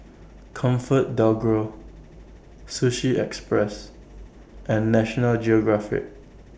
ComfortDelGro Sushi Express and National Geographic